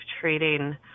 treating